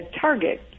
Target